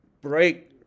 break